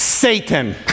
Satan